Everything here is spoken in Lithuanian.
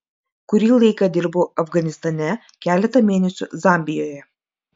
kurį laiką dirbau afganistane keletą mėnesių zambijoje